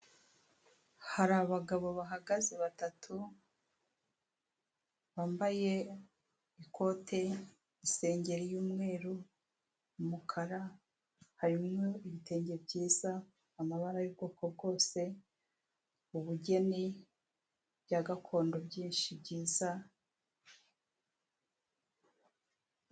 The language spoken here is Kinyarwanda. Hari abagabo bahagaze batatu, bambaye ikote, isengeri y'umweru, umukara harimo ibitenge byiza, amabara y'ubwoko bwose, ubugeni bya gakondo byinshi byiza.